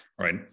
right